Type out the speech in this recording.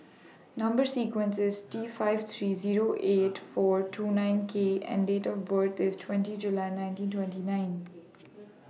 Number sequence IS T five three eight four two nine K and Date of birth IS twenty July nineteen twenty nine